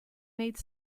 made